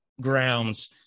grounds